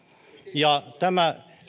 ja